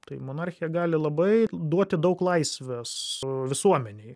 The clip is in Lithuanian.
tai monarchija gali labai duoti daug laisvės visuomenei